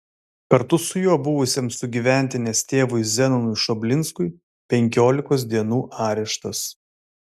kartu su juo buvusiam sugyventinės tėvui zenonui šoblinskui penkiolikos dienų areštas